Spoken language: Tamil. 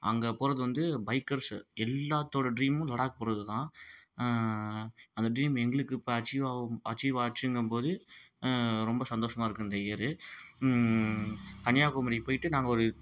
அங்கே போவது வந்து பைக்கர்ஸு எல்லார்த்தோட ட்ரீமும் லடாக் போவது தான் அந்த ட்ரீம் எங்களுக்கு இப்போ அச்சீவ் ஆகும் அச்சீவ் ஆச்சிங்கும் போது ரொம்ப சந்தோஷமாக இருக்குது இந்த இயரு கன்னியாகுமரி போயிட்டு நாங்கள் ஒரு